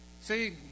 See